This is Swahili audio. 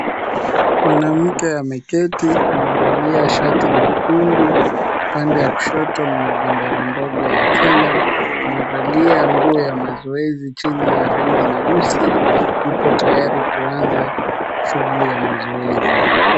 Mwanamke ameketi amevalia shati nyekundu, pande ya kushoto mna bendera ndogo ya Kenya, amevalia nguo ya mazoezi chini ya rangi nyeusi yupo tayari kuanza shughuli ya mazoezi.